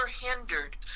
hindered